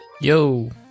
Yo